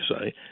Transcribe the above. say